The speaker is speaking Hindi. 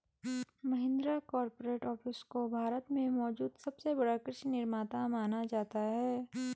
महिंद्रा कॉरपोरेट ऑफिस को भारत में मौजूद सबसे बड़ा कृषि निर्माता माना जाता है